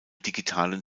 digitalen